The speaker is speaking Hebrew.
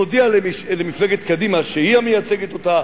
תודיע למפלגת קדימה שהיא המייצגת אותה,